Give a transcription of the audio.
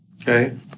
okay